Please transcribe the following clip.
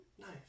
Nice